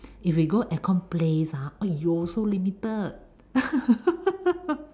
if we go air-con place ah !aiyo! so limited